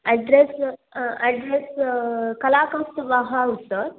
address address कलाकौस्तुभः house